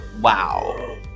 Wow